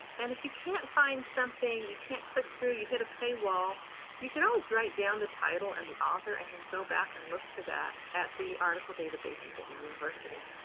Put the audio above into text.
and if you can't find something you can't click through, you hit a paywall you can always write down the title and the author and then go back and look for that at the article databases the university.